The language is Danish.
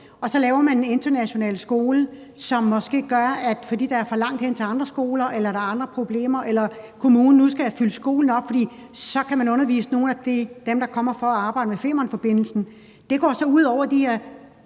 Så laver man en international skole, som måske gør, fordi der er for langt hen til andre skoler, eller fordi der er andre problemer, eller kommunen nu skal have fyldt skolen op, at man så kan undervise nogle af dem, der kommer for at arbejde med Femernforbindelsen. Det går så ud over de her